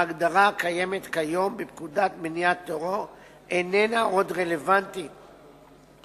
ההגדרה הקיימת כיום בפקודת מניעת טרור איננה רלוונטית עוד.